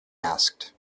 asked